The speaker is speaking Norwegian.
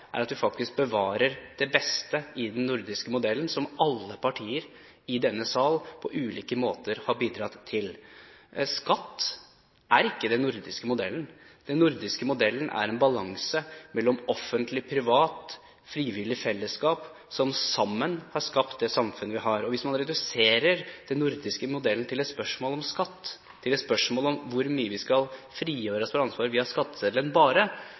er at vi faktisk bevarer det beste i den nordiske modellen, som alle partier i denne sal på ulike måter har bidratt til. Skatt er ikke i den nordiske modellen. Den nordiske modellen er en balanse mellom offentlig, privat, frivillig fellesskap, som sammen har skapt det samfunnet vi har. Hvis man reduserer den nordiske modellen til et spørsmål om skatt, til et spørsmål om hvor mye vi skal frigjøre oss for ansvaret via skatteseddelen, bare,